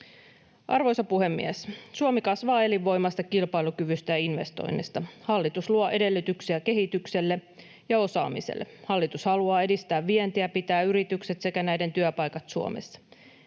Arvoisa puhemies! Suomi kasvaa elinvoimaisesta kilpailukyvystä ja investoinneista. Hallitus luo edellytyksiä kehitykselle ja osaamiselle. Hallitus haluaa edistää vientiä ja pitää yritykset sekä näiden työpaikat Suomessa.